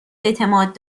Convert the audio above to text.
اعتماد